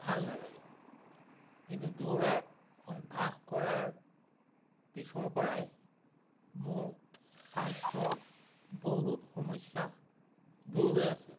ভাল নালাগে কিন্তু দৌৰা অভ্যাস কৰাৰ পিছৰ পৰাই মোৰ স্বাস্থ্যৰ বহুত সমস্যা দূৰ হৈ আছে